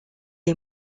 est